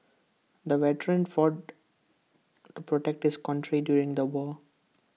the veteran fought to protect his country during the war